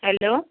hello